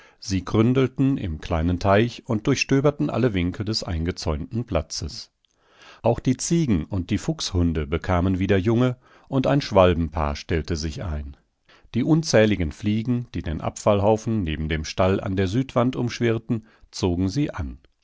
sie gründelten im kleinen teich und durchstöberten alle winkel des eingezäunten platzes auch die ziegen und die fuchshunde bekamen wieder junge und ein schwalbenpaar stellte sich ein die unzähligen fliegen die den abfallhaufen neben dem stall an der südwand umschwirrten zogen sie an